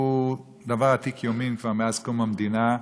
הוא דבר עתיק יומין, כבר מאז קום המדינה.